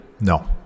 No